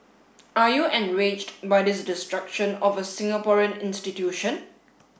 are you enraged by this destruction of a Singaporean institution